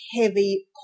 heavy